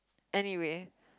anyway